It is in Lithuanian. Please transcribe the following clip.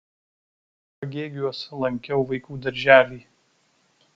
pagėgiuos lankiau vaikų darželį